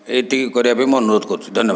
ଏତିକି କରିବା ପାଇଁ ମୁଁ ଅନୁରୋଧ କରୁଛି ଧନ୍ୟବା